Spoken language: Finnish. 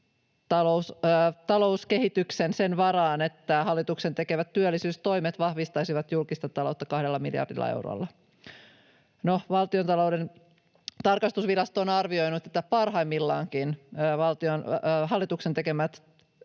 talouskehityksen sen varaan, että hallituksen tekemät työllisyystoimet vahvistaisivat julkista taloutta kahdella miljardilla eurolla. No, Valtiontalouden tarkastusvirasto on arvioinut, että parhaimmillaankin hallituksen tekemät